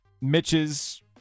Mitch's